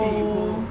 oh